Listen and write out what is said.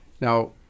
Now